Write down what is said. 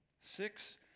Six